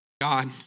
God